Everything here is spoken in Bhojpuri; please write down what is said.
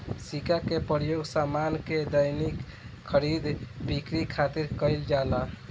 सिक्का के प्रयोग सामान के दैनिक खरीद बिक्री खातिर कईल जाला